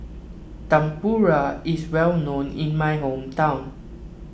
Tempura is well known in my hometown